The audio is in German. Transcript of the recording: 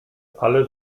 alle